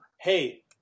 hey